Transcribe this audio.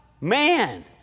Man